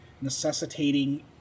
necessitating